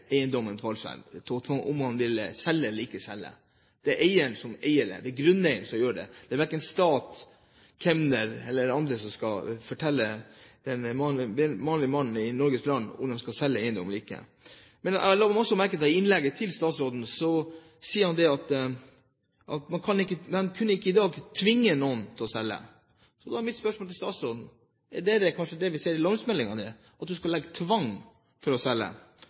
eiendommen, om han vil selge eller ikke selge. Det er eieren, grunneieren, som gjør det – verken stat, kemner eller andre skal fortelle den vanlige mannen i Norges land om han skal selge eiendom eller ikke. Men jeg la også merke til at statsråden i innlegget sier at man i dag ikke kan tvinge noen til å selge. Så da er mitt spørsmål til statsråden: Er det kanskje det vi ser i landbruksmeldingen nå, at man skal legge opp til tvang til å selge?